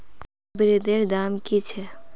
ब्रेदेर दाम की छेक